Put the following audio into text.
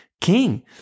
king